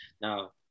now